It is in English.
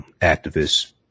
activists